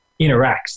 interacts